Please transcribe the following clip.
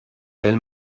elle